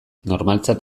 normaltzat